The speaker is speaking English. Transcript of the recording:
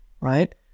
right